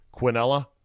Quinella